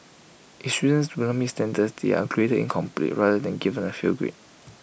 if students do not meet standards they were graded incomplete rather than given A fail grade